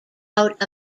out